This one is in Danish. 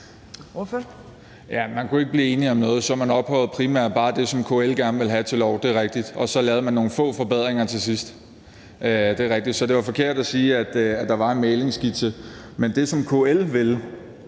Man kunne ikke blive enige om noget, så man ophøjede primært bare det, som KL gerne ville have, til lov – det er rigtigt – og så lavede man nogle få forbedringer til sidst. Det er rigtigt, så det var forkert at sige, at der var en mæglingsskitse. Men det, som KL ville